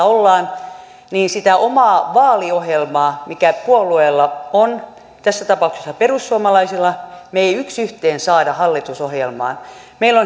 ollaan niin sitä omaa vaaliohjelmaa mikä puolueella on tässä tapauksessa perussuomalaisilla me emme yksi yhteen saa hallitusohjelmaan meillä